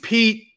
Pete